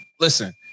Listen